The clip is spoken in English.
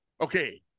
Okay